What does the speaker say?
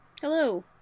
Hello